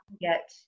get